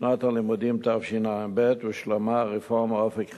בשנת הלימודים תשע"ב הושלמה רפורמת "אופק חדש"